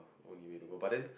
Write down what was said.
only way to go but then